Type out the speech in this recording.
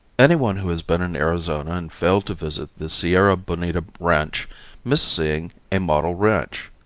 any one who has been in arizona and failed to visit the sierra bonita ranch missed seeing a model ranch.